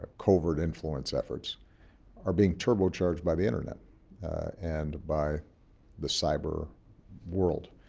covert influence efforts are being turbocharged by the internet and by the cyber world.